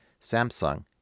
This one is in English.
Samsung